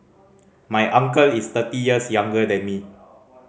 my uncle is thirty years younger than me